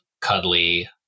cuddly